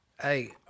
Hey